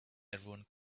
everyone